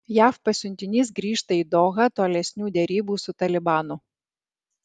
jav pasiuntinys grįžta į dohą tolesnių derybų su talibanu